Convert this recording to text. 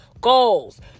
goals